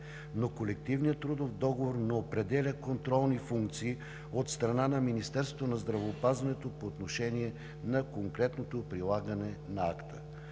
но колективният трудов договор не определя контролни функции от страна на Министерството на здравеопазването по отношение на конкретното прилагане на акта.